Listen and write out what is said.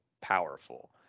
powerful